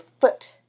foot